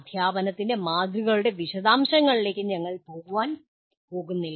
അധ്യാപനത്തിൻ്റെ മാതൃകകളുടെ വിശദാംശങ്ങളിലേക്ക് ഞങ്ങൾ പ്രവേശിക്കാൻ പോകുന്നില്ല